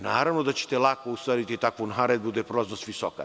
Naravno, da ćete lako ustrojiti takvu naredbu, gde je prolaznost visoka.